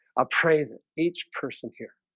ah pray that each person here